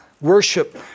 worship